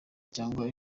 cyangwa